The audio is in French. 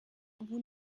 vous